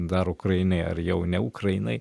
dar ukrainai ar jau ne ukrainai